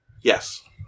Yes